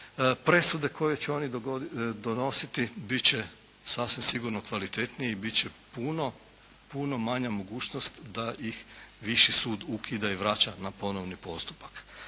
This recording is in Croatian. Presude koje će oni donositi biti će sasvim sigurno kvalitetniji i biti će puno manja mogućnost da ih viši sud ukida i vraća na ponovni postupak.